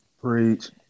Preach